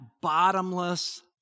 bottomless